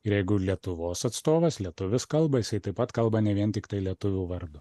ir jeigu lietuvos atstovas lietuvis kalba jisai taip pat kalba ne vien tiktai lietuvių vardu